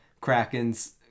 Kraken's